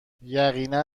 یقینا